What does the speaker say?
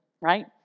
right